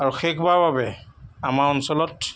আৰু সেইসোপাৰ বাবে আমাৰ অঞ্চলত